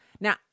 Now